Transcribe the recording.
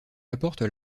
apportent